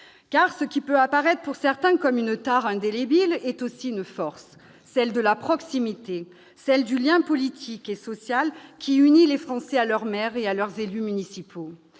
Ce qui peut apparaître à certains comme une tare ineffaçable est aussi une force, celle de la proximité, celle du lien politique et social qui unit les Français à leur maire et à leurs élus municipaux.